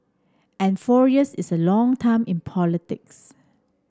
and four years is a long time in politics